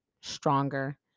stronger